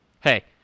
Hey